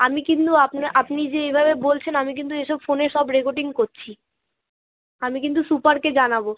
আমি কিন্তু আপনা আপনি যে এইভাবে বলছেন আমি কিন্তু এসব ফোনে সব রেকর্ডিং করছি আমি কিন্তু সুপারকে জানাবো